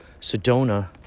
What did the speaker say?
Sedona